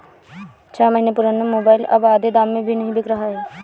छह महीने पुराना मोबाइल अब आधे दाम में भी नही बिक रहा है